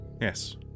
Yes